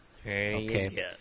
Okay